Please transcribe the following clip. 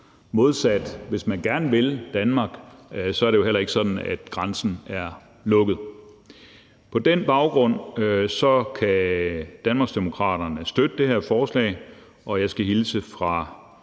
at hvis man gerne vil Danmark, er grænsen er lukket. På den baggrund kan Danmarksdemokraterne støtte det her forslag, og jeg skal hilse fra